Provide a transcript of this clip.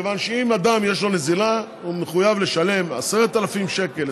מכיוון שאם לאדם יש נזילה הוא מחויב לשלם 10,000 שקל,